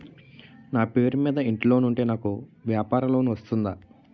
నా పేరు మీద ఇంటి లోన్ ఉంటే నాకు వ్యాపార లోన్ వస్తుందా?